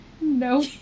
No